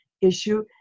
issue